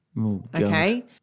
Okay